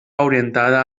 orientada